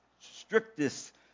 strictest